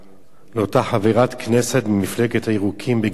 לאותה חברת פרלמנט ממפלגת הירוקים בגרמניה